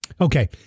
Okay